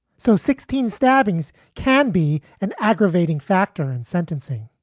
so sixteen stabbings can be an aggravating factor in sentencing.